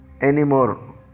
anymore